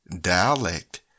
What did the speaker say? dialect